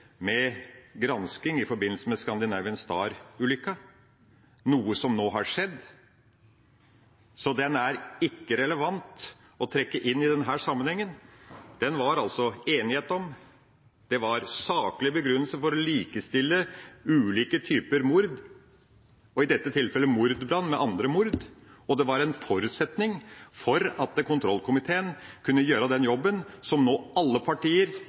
med gransking i forbindelse med Scandinavian Star-ulykka, noe som nå har skjedd. Så den er det ikke relevant å trekke inn i denne sammenhengen. Den var det altså enighet om. Det var en saklig begrunnelse for å likestille ulike typer mord, i dette tilfellet mordbrann med andre typer mord. Det var en forutsetning for at kontrollkomiteen kunne gjøre den jobben som alle partier